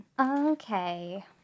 okay